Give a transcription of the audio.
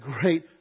great